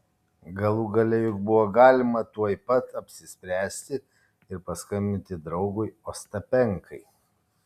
galų gale juk buvo galima tuoj pat apsispręsti ir paskambinti draugui ostapenkai